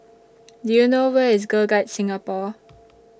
Do YOU know Where IS Girl Guides Singapore